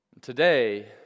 Today